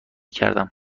کردم